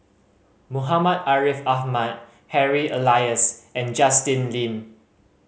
Muhammad Ariff Ahmad Harry Elias and Justin Lean